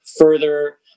further